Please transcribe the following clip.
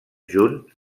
junt